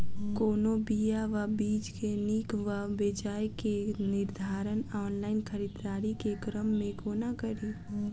कोनों बीया वा बीज केँ नीक वा बेजाय केँ निर्धारण ऑनलाइन खरीददारी केँ क्रम मे कोना कड़ी?